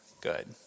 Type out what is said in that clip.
good